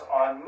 on